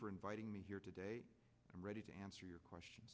for inviting me here today i'm ready to answer your question